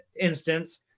instance